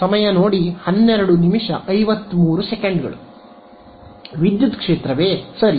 ವಿದ್ಯುತ್ ಕ್ಷೇತ್ರವೇ ಸರಿ